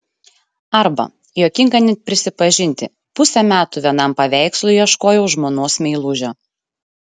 arba juokinga net prisipažinti pusę metų vienam paveikslui ieškojau žmonos meilužio